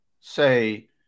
say